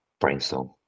brainstorm